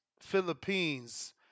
Philippines